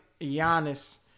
Giannis